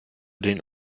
den